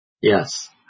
Yes